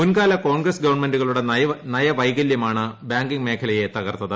മുൻകാല കോൺഗ്രസ് ഗവൺമെന്റുകളുടെ നയവൈകല്യമാണ് ബാങ്കിംഗ് മേഖലയെ തകർത്തത്